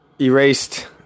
erased